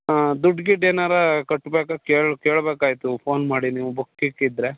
ಹಾಂ ದುಡ್ಗಿಡ್ಡು ಏನಾರೂ ಕಟ್ಟಬೇಕಾ ಕೇಳಿ ಕೇಳಬೇಕಾಯ್ತು ಫೋನ್ ಮಾಡಿ ನೀವು ಬುಕ್ ಇಟ್ಟಿದ್ರೆ